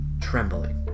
Trembling